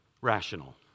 rational